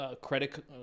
Credit